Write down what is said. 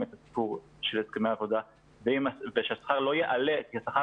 הסיפור של הסכמי העבודה ושהשכר לא יעלה כי השכר